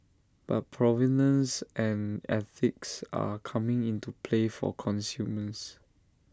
but provenance and ethics are coming into play for consumers